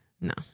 No